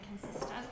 consistent